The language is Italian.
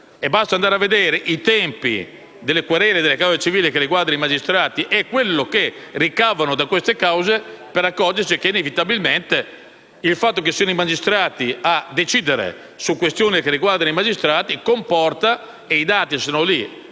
Basta andare a vedere i tempi delle querele e delle cause civili che riguardano i magistrati e quello che ricavano da queste cause, per accorgersi che, inevitabilmente, il fatto che siano i magistrati a decidere su questioni che riguardano i magistrati - i dati sono lì